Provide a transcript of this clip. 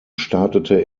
startete